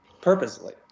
purposely